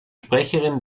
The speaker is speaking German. sprecherin